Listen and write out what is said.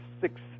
six